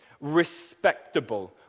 respectable